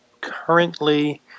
currently